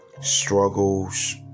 struggles